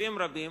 ותקציבים רבים